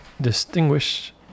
Distinguished